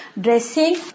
dressing